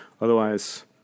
Otherwise